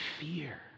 fear